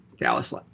Dallas